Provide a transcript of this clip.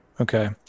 Okay